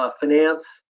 finance